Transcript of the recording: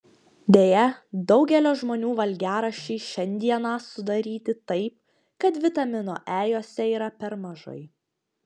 deja daugelio žmonių valgiaraščiai šiandieną sudaryti taip kad vitamino e juose yra per mažai